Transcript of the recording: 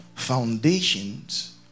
foundations